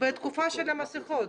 בתקופת האכיפה של המסכות.